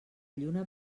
lluna